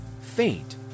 faint